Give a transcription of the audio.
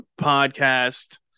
podcast